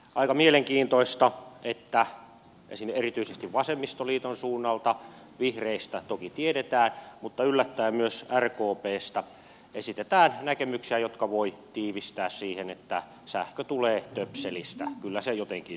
aika mielenkiintoista että esimerkiksi erityisesti vasemmistoliiton suunnalta vihreistä toki tiedetään ja yllättäen myös rkpstä esitetään näkemyksiä jotka voi tiivistää siihen että sähkö tulee töpselistä kyllä se jotenkin hoidetaan